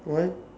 what